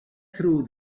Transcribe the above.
through